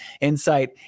insight